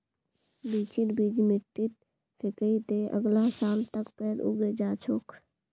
लीचीर बीज मिट्टीत फेकइ दे, अगला साल तक पेड़ उगे जा तोक